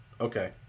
okay